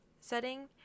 setting